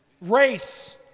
race